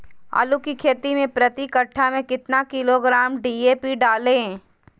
आलू की खेती मे प्रति कट्ठा में कितना किलोग्राम डी.ए.पी डाले?